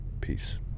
Peace